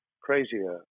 crazier